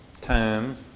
time